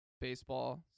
baseball